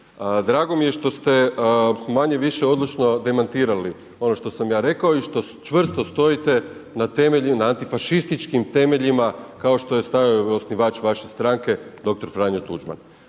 Drago mi je što ste manje-više odlučno demantirali ono što sam ja rekao i što čvrsto stojite na antifašističkim temeljima kao što je stajao i osnivač vaše stranke dr. Franjo Tuđman.